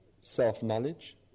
self-knowledge